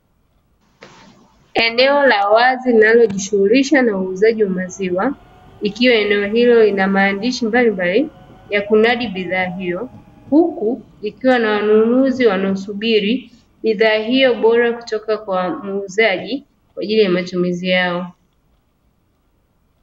Eneo la wazi linalojishughulisha na uuzaji wa maziwa, ikiwa eneo hilo lina maandishi mbalimbali ya kunadi bidhaa hiyo, huku likiwa nawanunuzi wanaosubiri, bidhaa hiyo bora kutoka kwa muuzaji, kwa ajili ya matumizi yao.